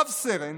רב-סרן